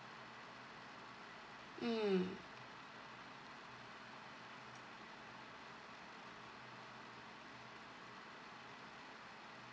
mm